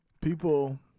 People